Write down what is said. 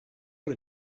got